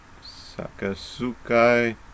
Sakasukai